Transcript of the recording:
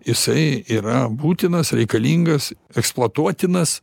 jisai yra būtinas reikalingas eksploatuotinas